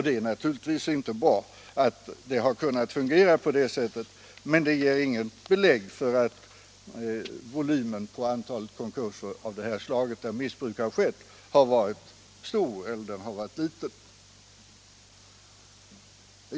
Det är naturligtvis inte bra att detta kunnat fungera på det viset, men det ger inget belägg för att volymen konkurser av det här slaget där missbruk skett har varit stor.